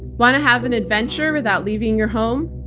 want to have an adventure without leaving your home?